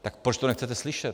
Tak proč to nechcete slyšet?